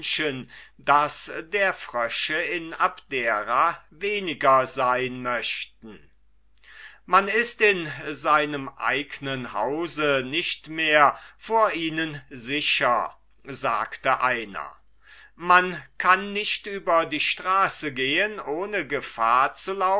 daß der frösche in abdera weniger sein möchten man ist in seinem eignen hause nicht mehr vor ihnen sicher sagte einer man kann nicht über die straße gehen ohne gefahr